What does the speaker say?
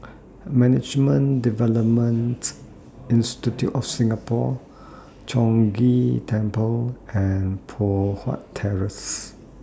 Management Development Institute of Singapore Chong Ghee Temple and Poh Huat Terrace